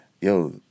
Yo